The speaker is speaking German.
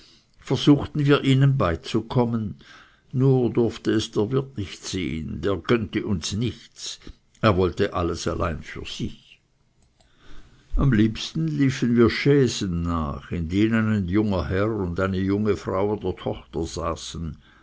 versuchten wir ihnen beizukommen nur mußte es der wirt nicht sehen der gönnte uns nichts er wollte alles allein für sich am liebsten liefen wir chaisen nach in denen ein junger herr und eine junge frau oder tochter saßen